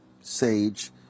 Sage